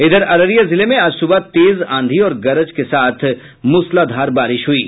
इधर अररिया जिले में आज सुबह तेज आंधी और गरज के साथ मूसलाधार बारिश हुयी